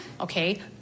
okay